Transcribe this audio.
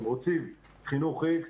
אתם רוצים חינוך X,